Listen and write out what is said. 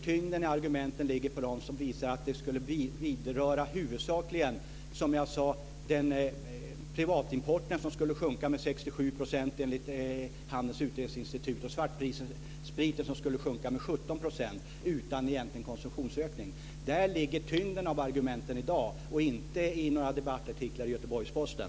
Tyngden i argumenten ligger hos dem som visar att det huvudsakligen, som jag sade, skulle beröra privatimporten. Den skulle minska med 67 % enligt Handelns Utredningsinstitut. Svartspriten skulle minska med 17 % utan egentlig konsumtionsökning. Där ligger tyngden i argumenten i dag, inte i några debattartiklar i Göteborgs-Posten.